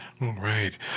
Right